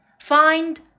Find